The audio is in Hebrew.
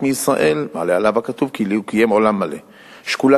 מישראל מעלה עליו הכתוב כאילו קיים עולם מלא"; "שקולה